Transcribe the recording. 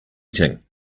eating